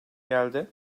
geldi